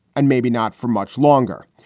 and maybe not for much longer.